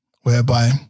whereby